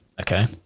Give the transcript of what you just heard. Okay